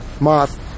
moth